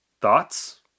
Thoughts